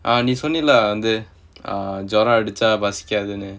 நீ சொன்னேல ஜுரம் அடிச்சா பசிக்காது:nee sonnaela juram adichaa pasikaaththu